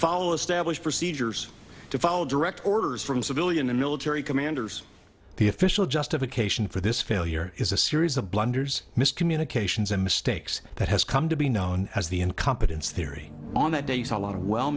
follow established procedures to follow direct orders from civilian and military commanders the official justification for this failure is a series of blunders miscommunications and mistakes that has come to be known as the incompetence theory on that day so a lot of well